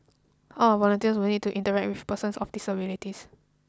all our volunteers will need to interact with persons of disabilities